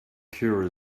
cure